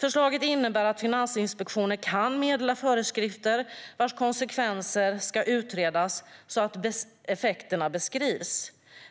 Förslaget innebär att Finansinspektionen kan meddela föreskrifter vars konsekvenser ska utredas så att effekterna beskrivs.